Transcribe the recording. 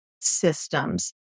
systems